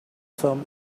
some